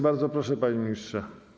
Bardzo proszę, panie ministrze.